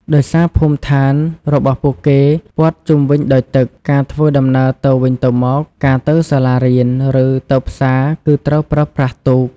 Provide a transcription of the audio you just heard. ដោយសារភូមិដ្ឋានរបស់ពួកគេព័ទ្ធជុំវិញដោយទឹក ការធ្វើដំណើរទៅវិញទៅមក ការទៅសាលារៀន ឬទៅផ្សារគឺត្រូវប្រើប្រាស់ទូក។